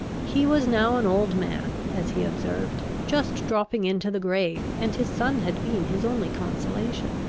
he was now an old man, as he observed, just dropping into the grave, and his son had been his only consolation.